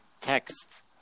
text